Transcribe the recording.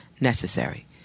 necessary